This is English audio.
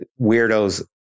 weirdos